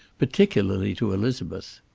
particularly to elizabeth.